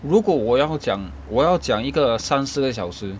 如果我要讲我要讲一个三四个小时